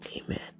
Amen